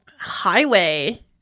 highway